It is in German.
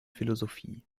philosophie